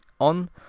on